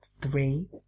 Three